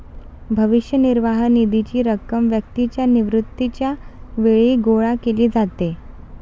भविष्य निर्वाह निधीची रक्कम व्यक्तीच्या निवृत्तीच्या वेळी गोळा केली जाते